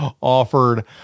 offered